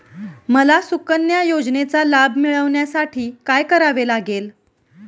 मला सुकन्या योजनेचा लाभ मिळवण्यासाठी काय करावे लागेल?